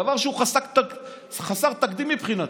דבר שהוא חסר תקדים מבחינתי.